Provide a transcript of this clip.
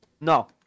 No